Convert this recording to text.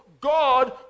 God